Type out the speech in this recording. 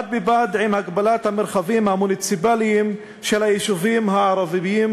בד בבד עם הגבלת המרחבים המוניציפליים של היישובים הערביים,